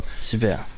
Super